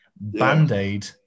Band-Aid